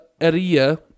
area